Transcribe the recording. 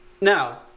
Now